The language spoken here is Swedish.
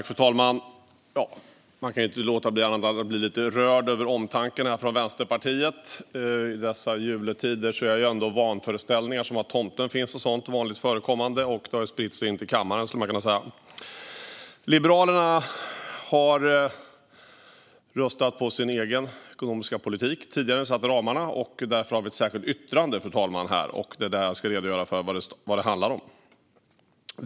Fru talman! Man kan inte annat än bli lite rörd av omtanken från Vänsterpartiet. I dessa juletider är vanföreställningar som att tomten finns och sådant vanligt förekommande, och de har spridit sig in till kammaren, skulle man kunna säga. Liberalerna har röstat på sin egen ekonomiska politik och tidigare på de ekonomiska ramarna. Därför har vi ett särskilt yttrande, och jag ska redogöra för vad det handlar om.